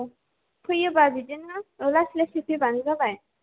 औ फैयोबा बिदिनो लासै लासै फैबानो जाबाय